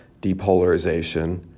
depolarization